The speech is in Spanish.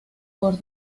por